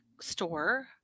store